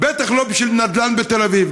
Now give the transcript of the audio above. בטח לא בשביל נדל"ן בתל אביב.